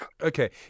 okay